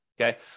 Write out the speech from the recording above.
Okay